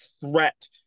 threat